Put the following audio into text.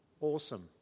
awesome